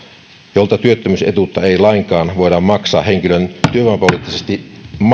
jolta työttömyysetuutta ei lainkaan voida maksaa henkilön työvoimapoliittisesti